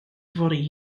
fory